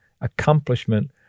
accomplishment